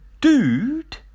dude